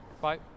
Bye